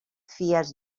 fies